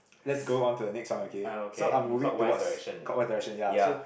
let's go onto the next song okay so I'm moving towards clockwise direction ya so